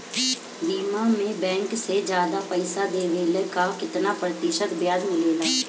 बीमा में बैंक से ज्यादा पइसा देवेला का कितना प्रतिशत ब्याज मिलेला?